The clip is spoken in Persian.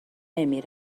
نمی